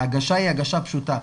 ההגשה היא הגשה פשוטה.